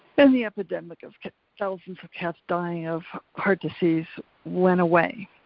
then the epidemic of thousands of cats dying of heart disease went away.